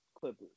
clippers